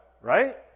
Right